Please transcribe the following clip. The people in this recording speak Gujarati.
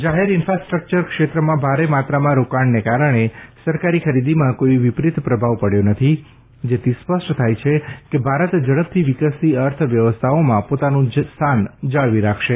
જાહેર ઇન્ફાસ્ટ્રક્ચર ક્ષેત્રમાં ભારે માત્રામાં રોકાણને કારણે સરકારી ખરીદીમાં કોઇ વિપરીત પ્રભાવ પડ્યો નથી જેથી સ્પષ્ટ થાય છે કે ભારત ઝડપથી વિકસતી અર્થવ્યવસ્થાઓમાં પોતાનું સ્થાન જાળવી રાખશે